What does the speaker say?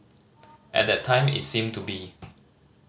at that time it seemed to be